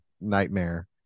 nightmare